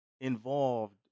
involved